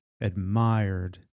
admired